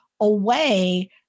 away